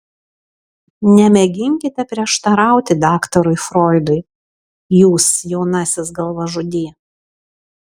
nemėginkite prieštarauti daktarui froidui jūs jaunasis galvažudy